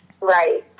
Right